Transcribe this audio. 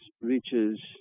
reaches